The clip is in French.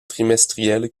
trimestrielle